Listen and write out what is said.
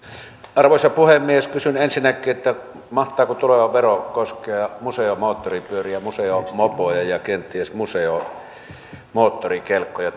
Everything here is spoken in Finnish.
arvoisa puhemies kysyn ensinnäkin mahtaako tuleva vero koskea museomoottoripyöriä museomopoja ja kenties museomoottorikelkkoja